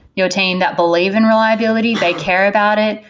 you know team that believe in reliability. take care about it.